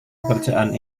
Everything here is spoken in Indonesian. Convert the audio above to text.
pekerjaan